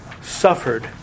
suffered